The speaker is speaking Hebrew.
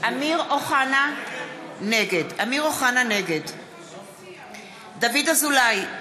אמיר אוחנה, נגד דוד אזולאי,